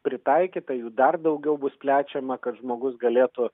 pritaikyta jų dar daugiau bus plečiama kad žmogus galėtų